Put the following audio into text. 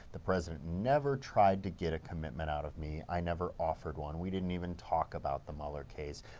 the president never tried to get a commitment out of me. i never offered one. we didn't even talk about the mueller case.